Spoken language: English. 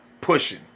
pushing